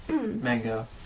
mango